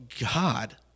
God